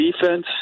defense